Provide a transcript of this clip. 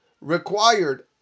required